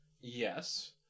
Yes